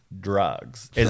drugs